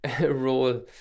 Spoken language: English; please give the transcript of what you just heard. role